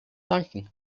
danken